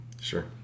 Sure